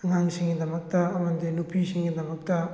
ꯑꯉꯥꯡꯁꯤꯡꯒꯤꯗꯃꯛꯇ ꯑꯃꯗꯤ ꯅꯨꯄꯤꯁꯤꯡꯒꯤꯗꯃꯛꯇ